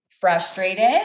frustrated